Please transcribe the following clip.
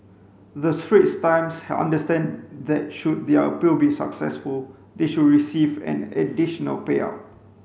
the Straits Times understand that should their appeal be successful they should receive an additional payout